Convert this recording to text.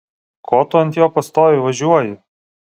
ko tu ant jo pastoviai važiuoji